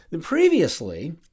Previously